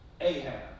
Ahab